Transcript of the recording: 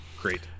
great